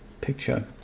picture